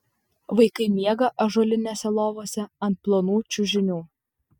vaikai miega ąžuolinėse lovose ant plonų čiužinių